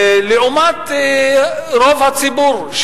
לעומת רוב הציבור,